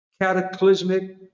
cataclysmic